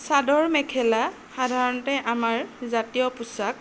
চাদৰ মেখেলা সাধাৰণতে আমাৰ জাতীয় পোচাক